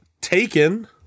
Taken